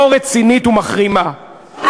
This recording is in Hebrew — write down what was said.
לא רצינית ומחרימה,